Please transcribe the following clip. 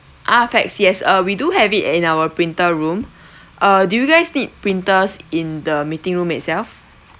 ah fax yes uh we do have it in our printer room err do you guys need printers in the meeting room itself